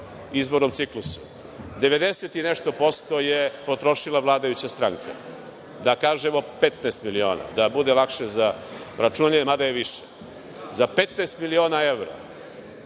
izbornom ciklusu, 90 i nešto posto je potrošila vladajuća stranka, da kažemo 15 miliona, da bude lakše za računanje, mada je više. Za 15 miliona evra